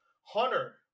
Hunter